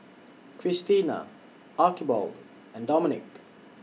Krystina Archibald and Domenic